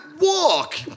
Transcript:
walk